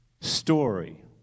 story